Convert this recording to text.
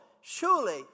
Surely